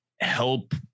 help